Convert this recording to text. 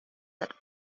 that